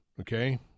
okay